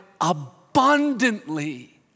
abundantly